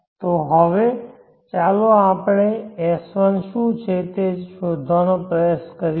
તો હવે ચાલો આપણે S1 શું છે તે શોધવાનો પ્રયાસ કરીએ